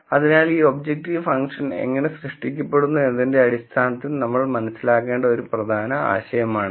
അതിനാൽ ഈ objective function എങ്ങനെ സൃഷ്ടിക്കപ്പെടുന്നു എന്നതിന്റെ അടിസ്ഥാനത്തിൽ നമ്മൾ മനസ്സിലാക്കേണ്ട ഒരു പ്രധാന ആശയമാണിത്